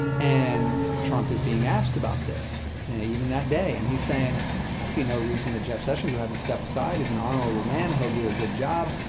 and trump is being asked about this, and even that day and he's saying i see no reason that jeff sessions would have to step aside. he's an honorable man. he'll do a good job.